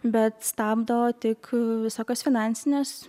bet stabdo tik visokios finansinės